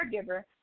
caregiver